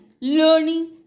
learning